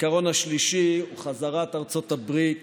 העיקרון השלישי הוא חזרת ארצות הברית